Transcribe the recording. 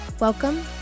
Welcome